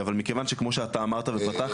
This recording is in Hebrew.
אבל מכיוון שכמו שאתה אמרת ופתחת.